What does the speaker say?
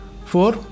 Four